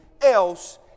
else